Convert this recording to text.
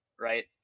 right